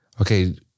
Okay